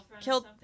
killed